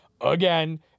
again